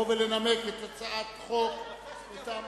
התשס"ט 2009,